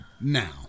Now